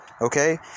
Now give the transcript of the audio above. okay